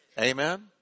Amen